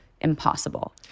impossible